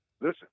listen